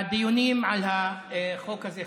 הדיונים על החוק הזה,